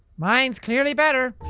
mine's clearly better.